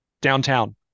downtown